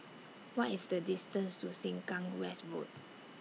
What IS The distance to Sengkang West Road